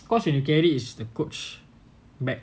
because you you carry is the coach bag